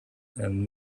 and